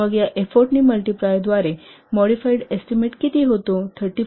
मग या एफोर्टनी मल्टिप्लायरद्वारे मॉडिफाइड एस्टीमेट किती होतो 35